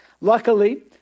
luckily